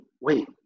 wait